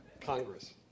Congress